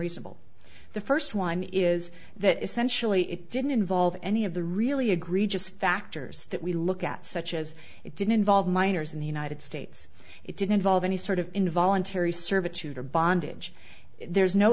reasonable the first one is that essentially it didn't involve any of the really egregious factors that we look at such as it didn't involve minors in the united states it did involve any sort of involuntary servitude or bondage there's no